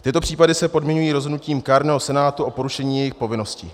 Tyto případy se podmiňují rozhodnutím kárného senátu o porušení jejich povinnosti.